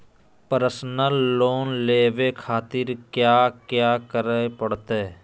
Personal loan लेवे खातिर कया क्या करे पड़तइ?